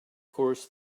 course